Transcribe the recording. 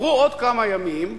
עברו עוד כמה ימים,